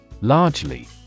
Largely